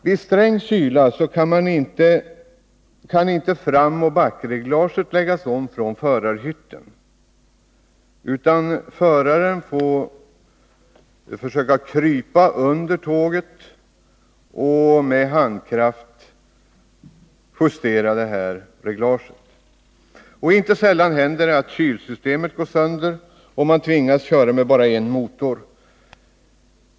Vid sträng kyla kan framoch backreglaget inte läggas om från förarhytten, utan föraren får försöka krypa under tåget och med handkraft justera reglaget. Inte sällan händer det att kylsystemet går sönder och att man tvingas köra med bara en motor.